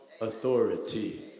authority